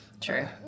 True